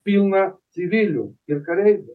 pilna civilių ir kareivių